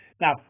Now